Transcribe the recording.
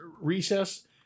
Recess